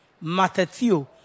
Matthew